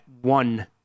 one